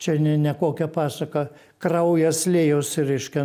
čia ne ne kokia pasaka kraujas liejosi reiškia